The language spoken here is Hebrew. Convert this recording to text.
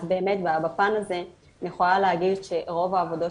אז באמת בפן הזה אני יכולה להגיד שרוב העבודות